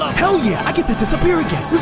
ah hell yeah, i get to disappear again!